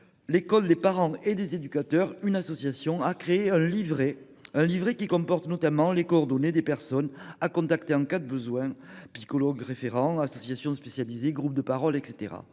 L'école des parents et des éducateurs a élaboré un livret comportant notamment les coordonnées de personnes à contacter en cas de besoin : psychologues référents, associations spécialisées, groupes de parole, etc.